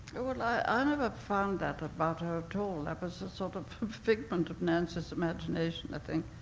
oh, well, i ah never found that about her at all. that was a sort of figment of nancy's imagination, i think.